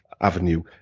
avenue